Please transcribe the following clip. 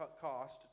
cost